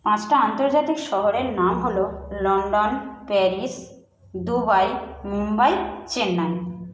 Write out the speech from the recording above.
পাঁচটা আন্তর্জাতিক শহরের নাম হলো London Paris Dubai Mumbai Chennai